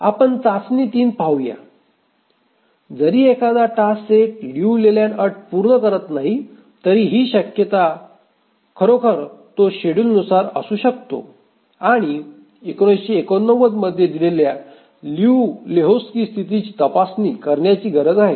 आपण चाचणी 3 पाहू या जरी एखादा टास्क सेट लियू लेलँड अट पूर्ण करीत नाही तरी ही शक्यता खरोखर तो शेड्युलनुसार असू शकते आणि 1989 मध्ये दिलेल्या लियू लेहोक्स्की स्थितीची तपासणी करण्याची गरज आहे